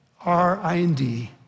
R-I-N-D